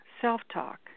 self-talk